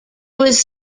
was